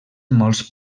molts